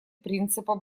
принципа